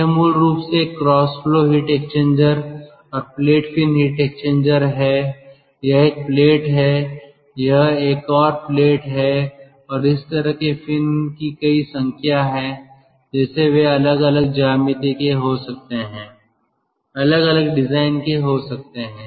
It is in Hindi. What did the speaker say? तो यह मूल रूप से एक क्रॉस फ्लो हीट एक्सचेंजर और प्लेट फिन हीट एक्सचेंजर है यह एक प्लेट है यह एक और प्लेट है और इस तरह के फिन की कई संख्या है जैसे वे अलग अलग ज्यामिति के हो सकते हैं अलग अलग डिजाइन के हो सकते हैं